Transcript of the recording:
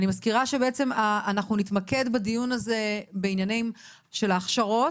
אני מזכירה שבעצם אנחנו נתמקד בדיון הזה בעניינים של ההכשרות,